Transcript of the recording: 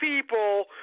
people